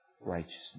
righteousness